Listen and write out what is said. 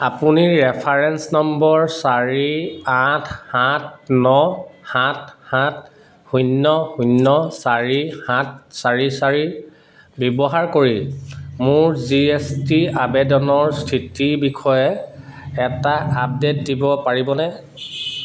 আপুনি reference number চাৰি আঠ সাত ন সাত সাত শূন্য শূন্য চাৰি সাত চাৰি চাৰি ব্যৱহাৰ কৰি মোৰ জি এছ টি আবেদনৰ স্থিতিৰ বিষয়ে এটা আপডেট দিব পাৰিবনে